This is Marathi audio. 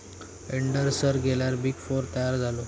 एंडरसन गेल्यार बिग फोर तयार झालो